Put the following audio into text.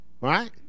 right